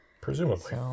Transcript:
Presumably